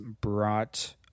brought